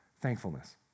Thankfulness